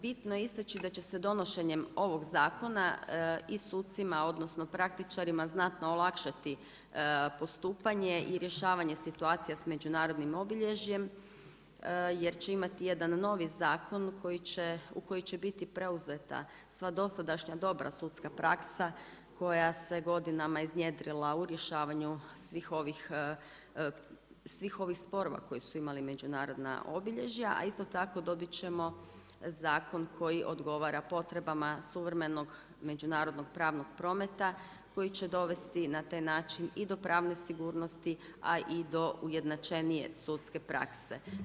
Bitno je isteći da će se donošenjem ovog zakona i sucima odnosno praktičarima znatno olakšati postupanje i rješavanje situacija s međunarodnim obilježjem jer će imati jedan novi zakon u koji će biti preuzeta sva dosadašnja dobra sudska praksa koja se godinama iznjedrila u rješavanju svih ovih sporova koji su imali međunarodna obilježja, a isto tako dobit ćemo zakon koji odgovara potrebama suvremenog međunarodnog pravnog prometa koji će dovesti na taj način i do pravne sigurnosti, a i do ujednačenije sudske prakse.